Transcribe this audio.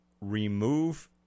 remove